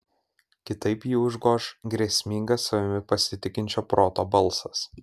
kitaip jį užgoš grėsmingas savimi pasitikinčio proto balsas